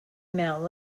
mount